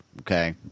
Okay